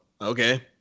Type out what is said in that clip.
okay